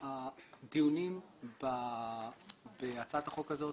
כתוב שכשם שקיבל שכר על הדרישה,